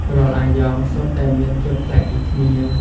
រាល់អាយ៉ងសុទ្ធតែមានភាពប្លែកពីគ្នា។